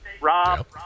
Rob